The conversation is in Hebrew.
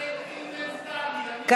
סנטימנטלי, זה הכול, זה מה שיש לי להגיד לך.